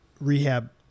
rehab